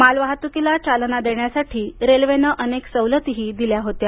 माल वाहतुकीला चालना देण्यासाठी रेल्वेनं अनेक सवलतीही दिल्या होत्या